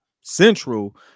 Central